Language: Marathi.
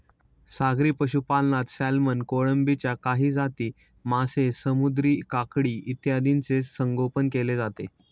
सागरी पशुपालनात सॅल्मन, कोळंबीच्या काही जाती, मासे, समुद्री काकडी इत्यादींचे संगोपन केले जाते